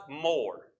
more